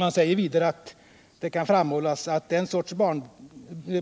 - Det kan vidare framhållas att denna sorts